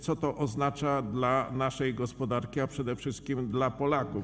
Co to oznacza dla naszej gospodarki, a przede wszystkim dla Polaków?